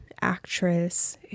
actress